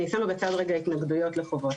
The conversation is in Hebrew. אני שמה בצד רגע התנגדויות לחובות,